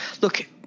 look